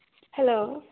hello